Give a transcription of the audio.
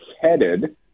headed